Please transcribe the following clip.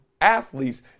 athletes